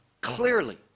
clearly